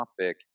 topic